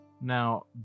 now